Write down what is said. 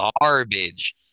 Garbage